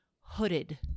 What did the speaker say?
hooded